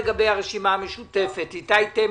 עלה הנושא על ידי הרשימה המשותפת ועל-ידי מיקי